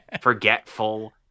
forgetful